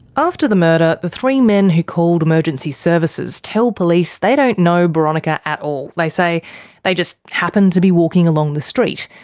after the murder, the three men who called emergency services tell police they don't know boronika at all they say they just happened to be walking along the street.